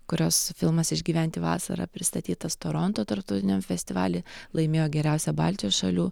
kurios filmas išgyventi vasarą pristatytas toronto tarptautiniam festivaly laimėjo geriausio baltijos šalių